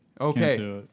Okay